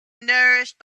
nourished